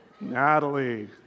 Natalie